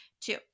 Two